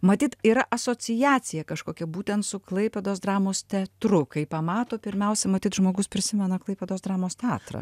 matyt yra asociacija kažkokia būtent su klaipėdos dramos teatru kai pamato pirmiausia matyt žmogus prisimena klaipėdos dramos teatrą